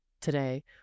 Today